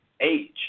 age